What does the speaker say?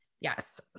Yes